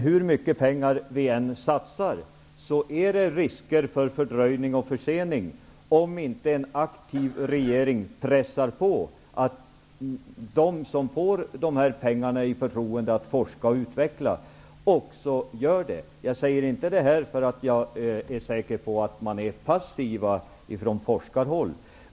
Hur mycket pengar vi än satsar är det risk för förseningar om inte en aktiv regering pressar på så att de som får dessa pengar med förtroendet att de skall forska och utveckla också gör det. Jag säger inte detta för att jag skulle vara säker på att man är passiv ifrån forskarhåll.